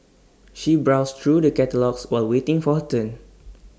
she browsed through the catalogues while waiting for her turn